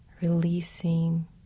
releasing